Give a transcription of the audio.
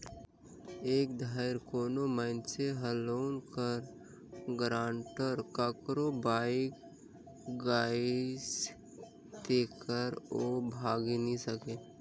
एक धाएर कोनो मइनसे हर लोन कर गारंटर काकरो बइन गइस तेकर ओ भागे नी सके